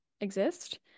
exist